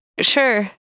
Sure